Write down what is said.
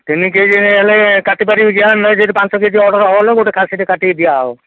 ତିନି କେଜି ହେଲେ କାଟିପାରିବି ନେ ଯଦି ପାଞ୍ଚ କେଜି ଅର୍ଡ଼ର ହବ ବୋଲେ ଗୋଟେ ଖାସିଟେ କାଟିିକି ଦିଆ ହବ ଆଉ